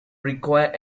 require